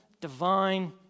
divine